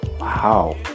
Wow